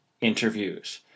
interviews